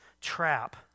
trap